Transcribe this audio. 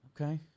Okay